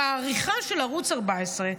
בעריכה של ערוץ 14,